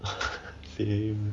same